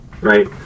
right